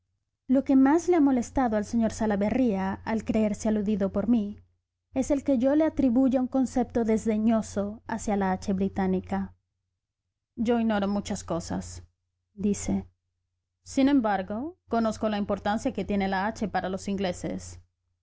lo que más le ha molestado al sr salaverría al creerse aludido por mí es el que yo le atribuya un concepto desdeñoso hacia la hache británica yo ignoro muchas cosas dice sin embargo conozco la importancia que tiene la hache para los ingleses